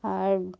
আর